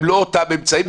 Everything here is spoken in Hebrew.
הם לא אותם אמצעים,